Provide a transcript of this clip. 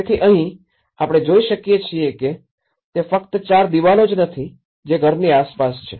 તેથી અહીં આપણે જોઈ શકીયે છીએ કે તે ફક્ત ચાર દિવાલો જ નથી જે ઘરની આસપાસ છે